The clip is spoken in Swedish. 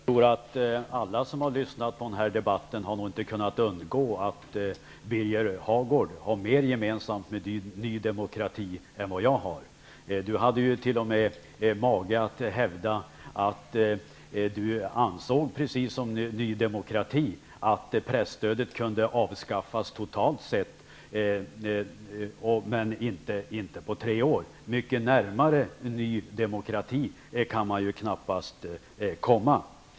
Herr talman! Jag tror att ingen som lyssnat på den här debatten har kunnat undgå att lägga märke till att Birger Hagård har mera gemensamt med Ny demokrati än vad jag har. Birger Hagård hade t.o.m. mage att precis som Ny demokrati hävda att presstödet kunde avskaffas totalt sett, men inte på tre år. Mycket närmare Ny demokrati kan man knappast komma.